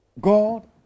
God